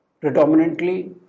predominantly